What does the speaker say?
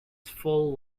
full